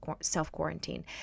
self-quarantine